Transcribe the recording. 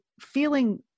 feeling